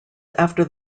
after